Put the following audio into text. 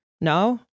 no